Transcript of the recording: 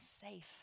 safe